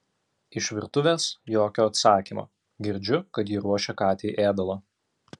iš virtuvės jokio atsakymo girdžiu kad ji ruošia katei ėdalą